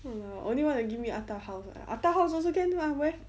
only wanna give me attap house ah attap house also can lah where